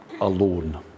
alone